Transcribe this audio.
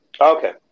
okay